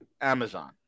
Amazon